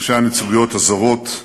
ראשי הנציגויות הזרות,